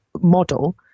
model